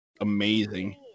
amazing